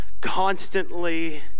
constantly